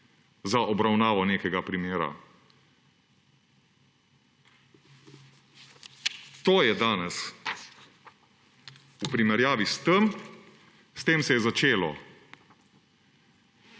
za obravnavo nekega primera. To je danes v primerjavi s tem; s tem se je začelo.